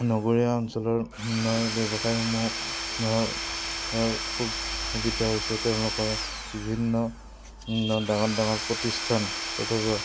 নগৰীয়া অঞ্চলৰৰ ব্যৱসায়সমূহৰ খুব সুবিধা হৈছে তেওঁলোকৰ বিভিন্ন ডাঙৰ ডাঙৰ প্ৰতিষ্ঠান অথবা